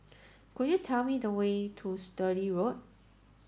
could you tell me the way to Sturdee Road